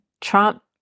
Trump